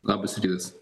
labas rytas